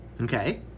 Okay